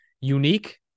unique